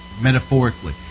metaphorically